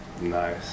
Nice